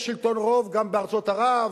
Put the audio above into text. יש שלטון רוב גם בארצות ערב,